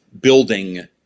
building